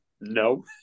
no